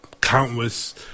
countless